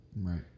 Right